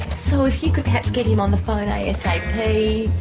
so if you could perhaps get him on the phone asap.